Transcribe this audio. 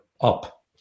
up